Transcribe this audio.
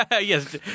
Yes